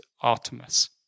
Artemis